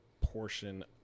portion